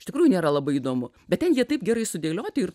iš tikrųjų nėra labai įdomu bet ten jie taip gerai sudėlioti ir